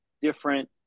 different